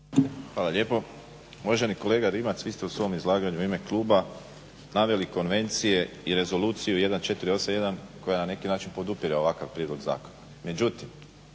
Hvala lijepo. Uvaženi kolega Rimac vi ste u svom izlaganju u ime kluba naveli konvencije i Rezoluciju 1481 koja na neki način podupire ovakav prijedlog zakona.